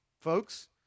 Folks